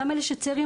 גם אלה שצעירים,